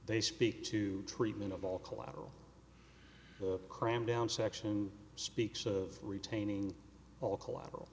they speak to treatment of all collateral cramdown section speaks of retaining all collateral